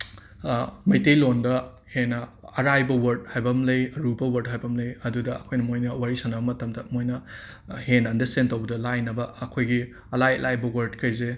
ꯃꯩꯇꯩꯂꯣꯟꯗ ꯍꯦꯟꯅ ꯑꯔꯥꯏꯕ ꯋꯥꯔꯠ ꯍꯥꯏꯕꯝꯃ ꯂꯩ ꯑꯔꯨꯕ ꯋꯥꯔꯠ ꯍꯥꯏꯕꯝꯃ ꯂꯩ ꯑꯗꯨꯗ ꯑꯩꯈꯣꯏꯅ ꯃꯣꯏꯅ ꯋꯥꯔꯤ ꯁꯥꯟꯅꯕ ꯃꯇꯃꯗ ꯃꯣꯏꯅ ꯍꯦꯟꯅ ꯑꯟꯗꯔꯁ꯭ꯇꯦꯟ ꯇꯧꯕꯗ ꯂꯥꯏꯅꯕ ꯑꯩꯈꯣꯏꯒꯤ ꯑꯂꯥꯏ ꯑꯂꯥꯏꯕ ꯋꯔꯠꯈꯩꯖꯦ